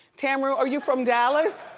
tamaru, are you from dallas?